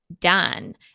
done